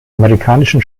amerikanischen